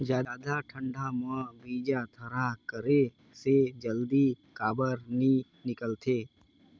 जादा ठंडा म बीजा थरहा करे से जल्दी काबर नी निकलथे?